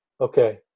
okay